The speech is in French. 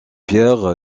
pierre